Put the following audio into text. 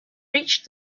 reached